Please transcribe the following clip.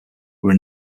were